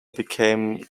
became